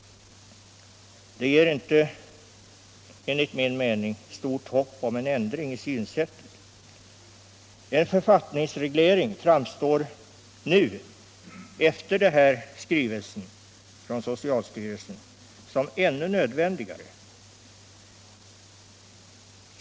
Det ger enligt min mening inte stort hopp om en ändring i synsättet. En författningsreglering framstår nu, efter denna skrivelse från socialstyrelsen, som ännu nödvändigare.